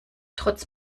trotz